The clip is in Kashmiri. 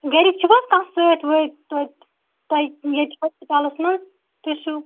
گَرِکۍ چھو حظ کانٛہہ سۭتۍ وۭتۍ تۄتہِ تۄہہِ ییٚتہِ ہسپَتالس منٛز تُہۍ چِھو